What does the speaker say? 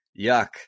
yuck